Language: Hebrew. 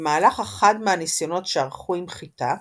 במהלך אחד מהניסיונות שערכו עם חיטה,